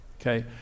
okay